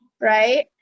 right